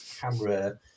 camera